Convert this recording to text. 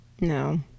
no